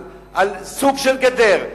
על סוג של גדר,